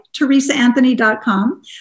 TeresaAnthony.com